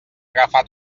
agafar